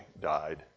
died